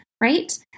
right